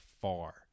far